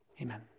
Amen